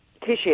tissue